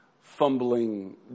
fumbling